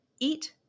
Eat